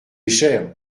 cher